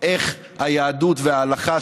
איך היהדות וההלכה,